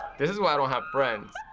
this is why i don't have friends,